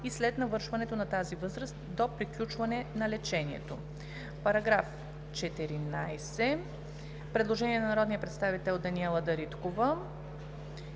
и след навършването на тази възраст до приключване на лечението.“ По § 14 има предложение от народния представител Даниела Дариткова.